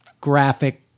graphic